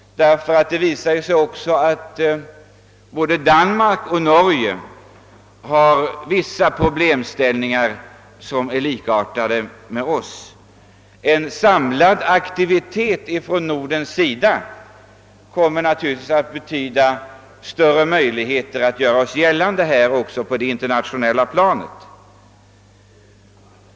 Det visar sig ju att både Danmark och Norge har vissa problem som är likartade med våra. En samlad aktivitet från nordisk sida betyder naturligtvis att vi får större möjligheter att göra oss gällande på det internationella planet.